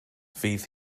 fydd